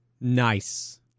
Nice